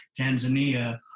Tanzania